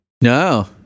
No